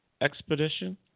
expedition